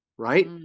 right